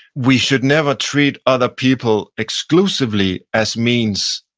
we should never treat other people exclusively as means,